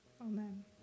Amen